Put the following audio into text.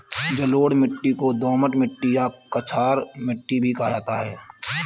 जलोढ़ मिट्टी को दोमट मिट्टी या कछार मिट्टी भी कहा जाता है